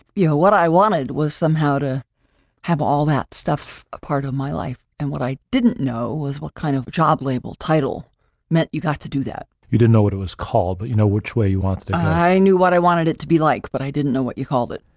you know, what i wanted was somehow to have all that stuff a part of my life. and what i didn't know was what kind of job label title meant you got to do that. you didn't know what it was called. but you know which way you want. i knew what i wanted it to be like, but i didn't know what you called it.